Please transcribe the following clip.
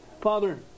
Father